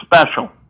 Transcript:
special